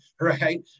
right